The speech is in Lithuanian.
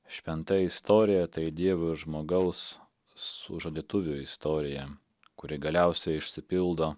šventa istorija tai dievo ir žmogaus sužadėtuvių istorija kuri galiausiai išsipildo